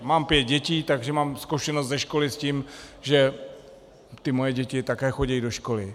Mám pět dětí, takže mám zkušenost ze školy tím, že moje děti také chodí do školy.